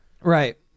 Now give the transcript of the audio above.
Right